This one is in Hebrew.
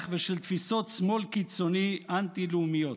ושל תפיסות שמאל קיצוני אנטי-לאומיות.